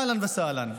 אהלן וסהלן.